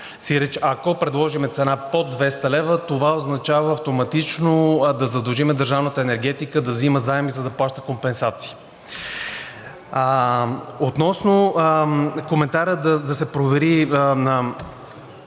Сиреч, ако предложим цена под 200 лв., това означава автоматично да задължим държавната енергетика да взима заеми, за да плаща компенсации. Относно коментара да се провери дали